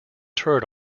turret